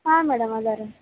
ಹಾಂ ಮೇಡಮ್ ಇದಾರೆ